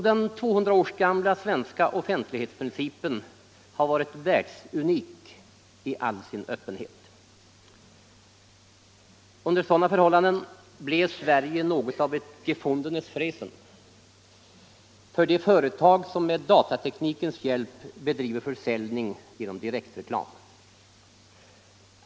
Den 200 år gamla svenska offentlighetsprincipen har varit världsunik i all sin öppenhet. Under sådana förhållanden blev Sverige något av ett ”gefundenes Fressen” för de företag som med datateknikens hjälp bedriver försäljning genom direktreklam.